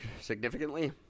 significantly